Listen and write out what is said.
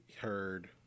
heard